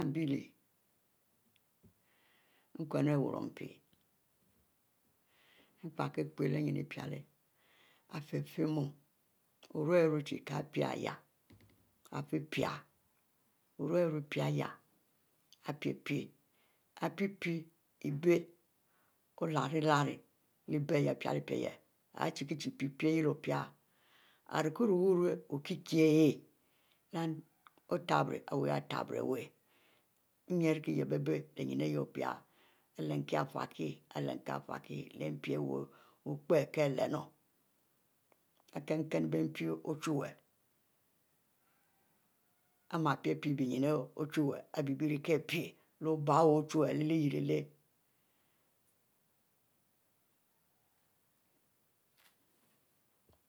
Mu i nbiele nkunu ari wuruple, ari nap-nap mie piekie pie leh nyin epale ifie-fieh mu oruie-ruie chie kie pie lay ifie pie oruie chie ipie ihieh are pie-pie, i pie abie olari lari leh abie ihieh lpie hay |chie-chie pie, irie kie ruie wu chie wu okie-kie iweh ninn ari yebie bie leh opie Ilerm-kie lern kie afie kie leh mpi iwu opie kie lernu ari kinn-kinn leh mpi iwu ochuwue ari mie pie-pie benyin ochuwue ari bie rie kie-kieh pie obie ochuwue leh lyiele l leh